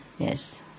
yes